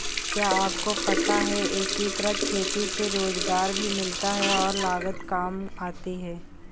क्या आपको पता है एकीकृत खेती से रोजगार भी मिलता है और लागत काम आती है?